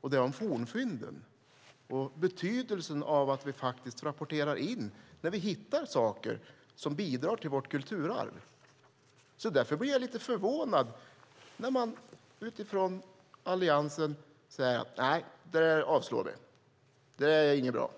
Det handlar om fornfynden och betydelsen av att vi rapporterar in när vi hittar saker som bidrar till vårt kulturarv. Därför blir jag lite förvånad när man från Alliansen säger: Nej, det där avslår vi! Det är inte bra!